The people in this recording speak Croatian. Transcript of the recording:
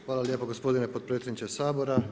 Hvala lijepo gospodine potpredsjedniče Sabora.